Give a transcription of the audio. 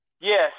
yes